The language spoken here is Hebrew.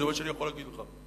זה מה שאני יכול להגיד לך.